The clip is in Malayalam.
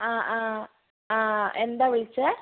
അ ആ ആ എന്താണ് വിളിച്ചത്